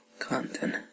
content